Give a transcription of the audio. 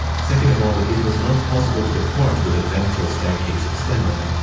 second of all, it was not possible to depart with the ventral staircase extended.